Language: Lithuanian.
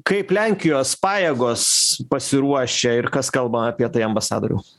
kaip lenkijos pajėgos pasiruošę ir kas kalbama apie tai ambasadoriau